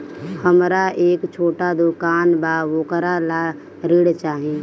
हमरा एक छोटा दुकान बा वोकरा ला ऋण चाही?